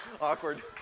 Awkward